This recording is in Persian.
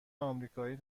آمریکایی